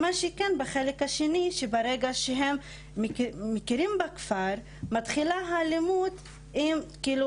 על סמך זה שהם לא שייכים לאותה לשכת